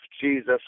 Jesus